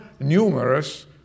numerous